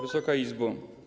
Wysoka Izbo!